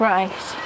Right